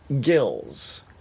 gills